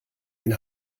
den